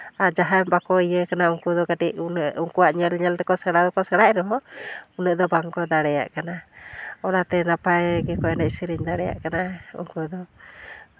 ᱟᱨ ᱡᱟᱦᱟᱸᱭ ᱵᱟᱠᱚ ᱤᱭᱟᱹ ᱟᱠᱟᱱᱟ ᱩᱱᱠᱩ ᱫᱚ ᱠᱟᱹᱴᱤᱡ ᱩᱱᱟᱹᱜ ᱩᱱᱠᱩᱣᱟᱜ ᱧᱮᱞ ᱧᱮᱞ ᱛᱮᱠᱚ ᱥᱮᱬᱟ ᱫᱚᱠᱚ ᱥᱮᱬᱟᱭᱮᱫ ᱨᱮᱦᱚᱸ ᱩᱱᱟᱹᱜ ᱫᱚ ᱵᱟᱝᱠᱚ ᱫᱟᱲᱮᱭᱟᱜ ᱠᱟᱱᱟ ᱚᱱᱟᱛᱮ ᱱᱟᱯᱟᱭ ᱜᱮᱠᱚ ᱮᱱᱮᱡ ᱥᱮᱨᱮᱧ ᱫᱟᱲᱮᱭᱟᱜ ᱠᱟᱱᱟ ᱩᱱᱠᱩ ᱫᱚ